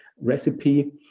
recipe